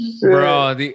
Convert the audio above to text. bro